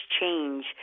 change